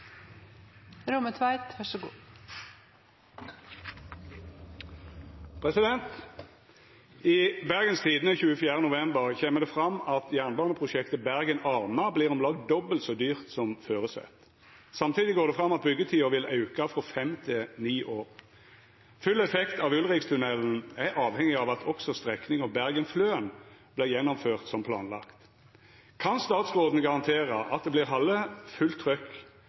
lag dobbelt så kostbart som føresett. Samtidig går det fram at byggetida vil auka frå 5 til 9 år. Full effekt av Ulrikentunnelen er avhengig av at også strekninga Bergen-Fløen blir gjennomført som planlagt. Kan statsråden garantera at det blir halde fullt trykk